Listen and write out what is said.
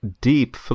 deep